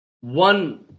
One